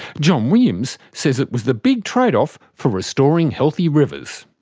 john williams says it was the big trade-off for restoring healthy rivers.